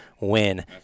win